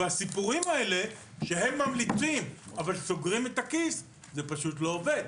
והסיפורים האלה שהם ממליצים אבל סוגרים את הכיס זה פשוט לא עובד.